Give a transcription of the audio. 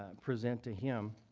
ah present to him